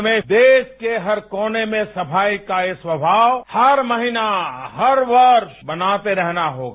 हमें देश के हर कोने में सफाई का यह सवभाव हर महीनेए हर वर्ष मनाते रह ना होगा